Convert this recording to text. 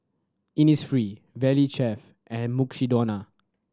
Innisfree Valley Chef and Mukshidonna